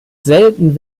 selten